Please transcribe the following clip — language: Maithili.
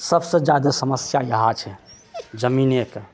सबसँ जादा समस्या इएह छै जमीनेके